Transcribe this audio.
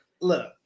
Look